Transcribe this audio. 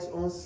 on